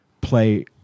play